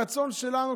הרצון שלנו,